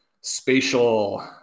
spatial